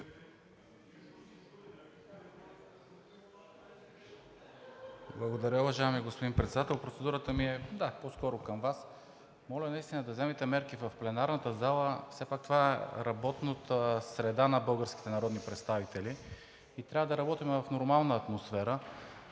Благодаря, уважаеми господин Председател. Процедурата ми е по-скоро към Вас. Моля наистина да вземете мерки. Пленарната зала все пак е работната среда на българските народни представители и трябва да работим в нормална атмосфера.